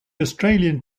australian